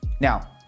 Now